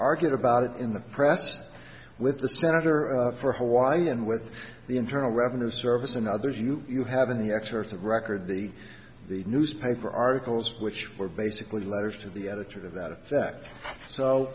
argued about it in the press with the senator for hawaii and with the internal revenue service and others you you have in the excerpts of record the the newspaper articles which were basically letters to the editor to that effect so